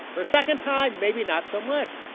her second time, maybe not so much.